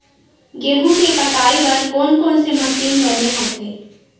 गेहूं के कटाई बर कोन कोन से मशीन बने होथे?